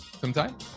sometime